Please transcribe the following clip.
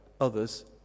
others